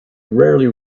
rarely